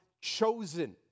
chosen